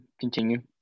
continue